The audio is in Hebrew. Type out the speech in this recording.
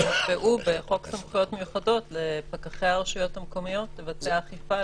שנקבעו בחוק סמכויות מיוחדות לפקחי הרשויות המקומיות לבצע אכיפה.